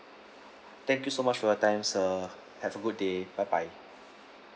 thank you so much for your time sir have a good day bye bye